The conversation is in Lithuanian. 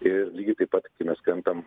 ir lygiai taip pat kai mes krentam